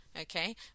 okay